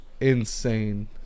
insane